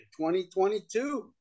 2022